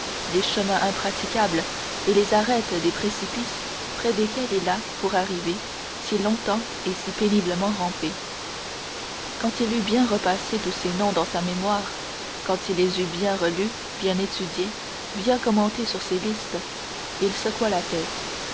les chemins impraticables et les arêtes des précipices près desquels il a pour arriver si longtemps et si péniblement rampé quand il eut bien repassé tous ces noms dans sa mémoire quand il les eut bien relus bien étudiés bien commentés sur ses listes il secoua la tête